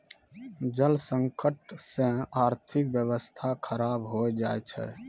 जल संकट से आर्थिक व्यबस्था खराब हो जाय छै